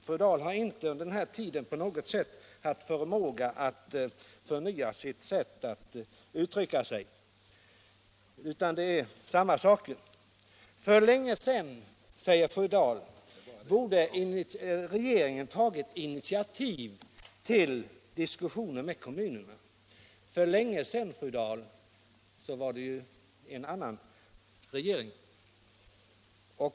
Fru Dahl har inte under den här tiden på något sätt haft förmåga att förnya sitt sätt att uttrycka sig. För länge sedan, säger fru Dahl, borde regeringen ha tagit initiativ till diskussioner med kommunerna. För länge sedan, fru Dahl, var det en annan regering.